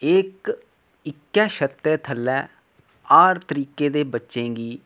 एह् इक्क इक्कै छत्तै थल्ले हर तरीकें दे बच्चे गी